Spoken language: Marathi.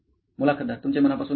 मुलाखतदार तुमचे मनापासून आभार